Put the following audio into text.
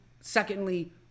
secondly